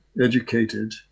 educated